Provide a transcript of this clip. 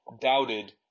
doubted